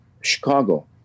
Chicago